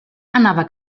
anava